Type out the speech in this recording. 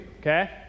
okay